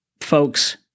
folks